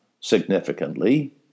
significantly